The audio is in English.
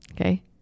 Okay